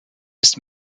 ist